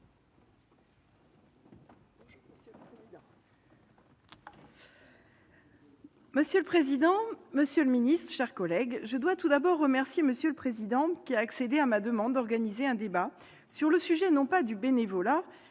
Monsieur le président, monsieur le secrétaire d'État, chers collègues, je dois tout d'abord remercier M. le président, qui a accédé à ma demande d'organiser un débat sur le sujet, non pas du bénévolat,